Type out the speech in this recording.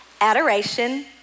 adoration